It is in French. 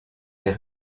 des